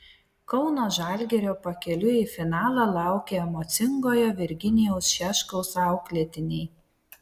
kauno žalgirio pakeliui į finalą laukia emocingojo virginijaus šeškaus auklėtiniai